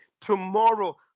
Tomorrow